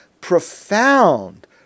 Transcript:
profound